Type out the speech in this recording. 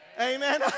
Amen